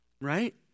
right